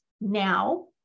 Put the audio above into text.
Now